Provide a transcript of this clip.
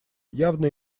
явно